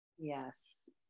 Yes